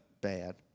bad